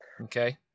Okay